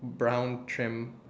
brown trim